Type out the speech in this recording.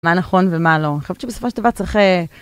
מה נכון ומה לא. חושבת שבסופו של דבר צריך א...